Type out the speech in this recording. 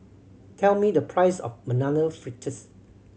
tell me the price of Banana Fritters